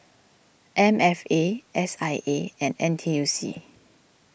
M F A S I A and N T U C